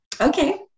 Okay